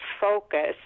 focus